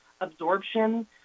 absorption